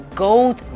gold